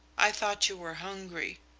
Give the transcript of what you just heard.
i thought you were hungry.